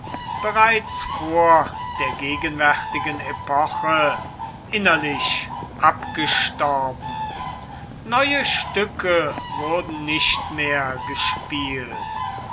bereits vor der gegenwärtigen epoche innerlich abgestorben neue stücke wurden nicht mehr gespielt